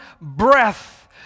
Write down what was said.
breath